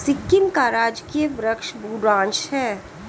सिक्किम का राजकीय वृक्ष बुरांश है